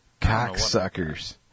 Cocksuckers